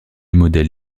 modèle